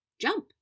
Jump